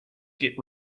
git